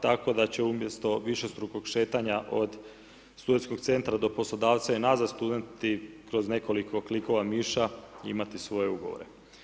Tako da će umjesto višestrukog šetanja od studentskog centra do poslodavca i nazad, studenti kroz nekoliko klikova miša imati svoje ugovore.